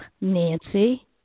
Nancy